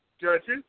judges